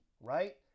right